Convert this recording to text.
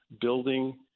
building